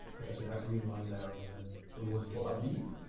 it's actually that green line there on the the waterfall, i believe.